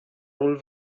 ról